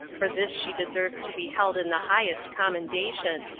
for this she deserves to be held in the highest commendation,